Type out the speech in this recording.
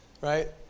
Right